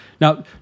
now